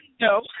No